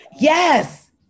Yes